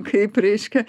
kaip reiškia